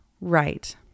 right